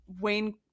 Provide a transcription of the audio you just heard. wayne